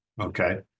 Okay